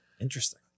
Interesting